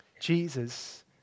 Jesus